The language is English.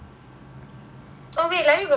oh wait let me go back to the question